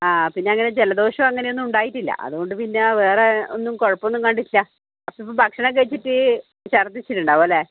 ആ പിന്നെയങ്ങനെ ജലദോഷം അങ്ങനെയൊന്നും ഉണ്ടായിട്ടില്ല അതുകൊണ്ടുപിന്നെ വേറെ ഒന്നും കുഴപ്പമൊന്നും കണ്ടിട്ടില്ല അപ്പം ഇപ്പോൾ ഭക്ഷണം കഴിച്ചിട്ട് ഛർദ്ദിച്ചിട്ടുണ്ടാവും അല്ലേ